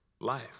life